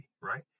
right